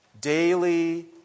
Daily